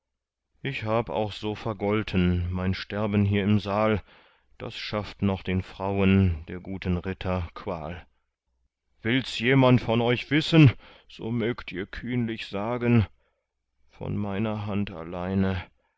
ich hab auch so vergolten mein sterben hier im saal das schafft noch den frauen der guten ritter qual wills jemand von euch wissen so mögt ihr kühnlich sagen von meiner hand alleine